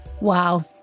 Wow